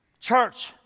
Church